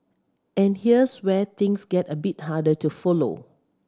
and here's where things get a bit harder to follow